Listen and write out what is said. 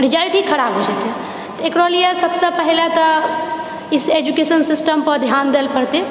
result ही खराब हो जेतए एकरा लिए सबसँ पहले तऽ इस एजुकेशन सिस्टम पर ध्यान दिए लऽपड़तै